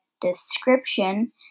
description